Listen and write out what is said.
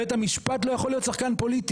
בית המשפט לא יכול להיות שחקן פוליטי,